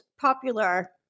popular